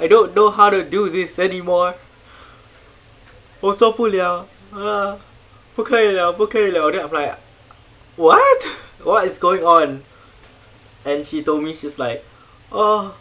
I don't know how to do this anymore 我做不了啊不可以了不可以了 then I'm like what what is going on and she told me she's like oh